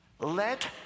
Let